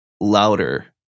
louder